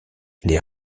les